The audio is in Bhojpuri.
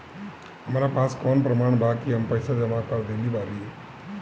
हमरा पास कौन प्रमाण बा कि हम पईसा जमा कर देली बारी?